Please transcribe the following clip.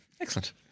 Excellent